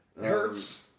hurts